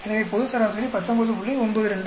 எனவே பொது சராசரி 19